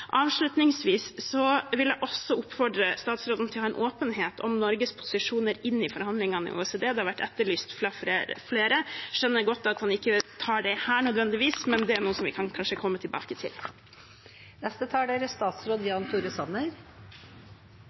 Avslutningsvis vil jeg oppfordre statsråden til å ha åpenhet om Norges posisjon i forhandlingene med OECD. Det har vært etterlyst av flere. Jeg skjønner godt at han ikke tar det her, nødvendigvis, men det er noe som vi kanskje kan komme tilbake til.